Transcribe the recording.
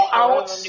out